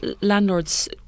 landlords